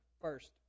First